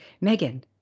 Megan